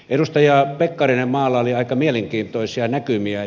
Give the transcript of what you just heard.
edustaja pekkarinen maalaili aika mielenkiintoisia näkymiä